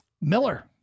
Miller